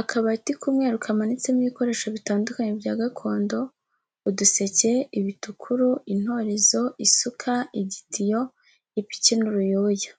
Akabati k'umweru kamanitsemo ibikoresho bitandukanye bya gakondo uduseke, ibitukuru, intorezo, isuka, igitiyo, ipiki, n'uruyuya.